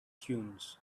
dunes